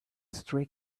stray